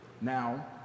now